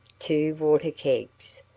two water kegs,